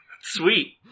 Sweet